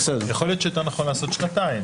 יכול להיות שיותר נכון לעשות שנתיים.